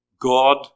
God